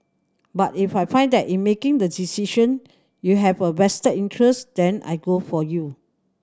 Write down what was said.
but if I find that in making the decision you have a vested interest then I go for you